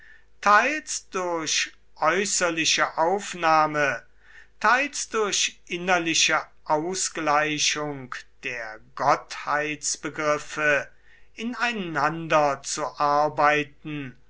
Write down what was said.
teils durch äußerliche aufnahme teils durch innerliche ausgleichung der gottheitsbegriffe ineinanderzuarbeiten und